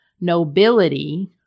nobility